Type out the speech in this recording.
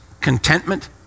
contentment